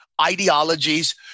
ideologies